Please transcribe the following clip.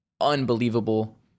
unbelievable